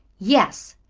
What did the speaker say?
yes.